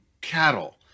cattle